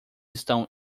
estão